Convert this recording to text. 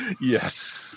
Yes